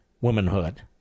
womanhood